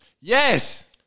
Yes